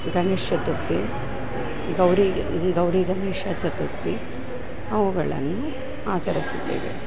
ಗಣೇಶಚತುರ್ಥಿ ಗೌರಿ ಗೌರಿ ಗಣೇಶ ಚತುರ್ಥಿ ಅವುಗಳನ್ನು ಆಚರಿಸುತ್ತೇವೆ